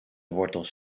wortels